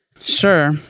Sure